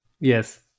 Yes